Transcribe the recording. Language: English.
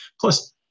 Plus –